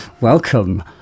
Welcome